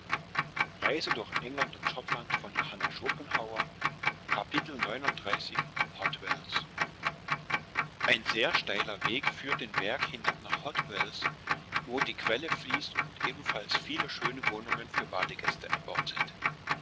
hotwells ein sehr steiler weg führt den berg hinab nach hotwells wo die quelle fließt und ebenfalls viele schöne wohnungen für badegäste erbaut sind